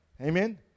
Amen